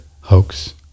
hoax